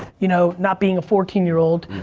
you know not being a fourteen year old,